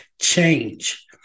change